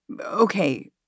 okay